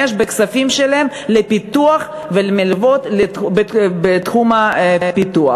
בכספים שלהם לפיתוח ולמלוות בתחום הפיתוח.